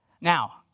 Now